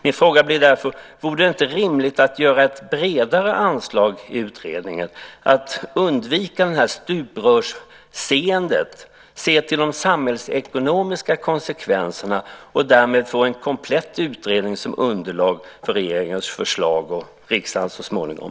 Min fråga blir därför: Vore det inte rimligt att göra ett bredare anslag i utredningen för att undvika stuprörsseendet och se till de samhällsekonomiska konsekvenserna och därmed få en komplett utredning som underlag för regeringens förslag och riksdagens beslut så småningom?